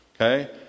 Okay